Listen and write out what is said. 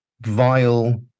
vile